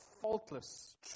faultless